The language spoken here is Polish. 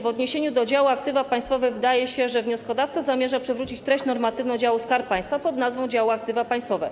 W odniesieniu do działu aktywa państwowe wydaje się, że wnioskodawca zamierza przywrócić treść normatywną działu Skarb Państwa pod nazwą: dział aktywa państwowe,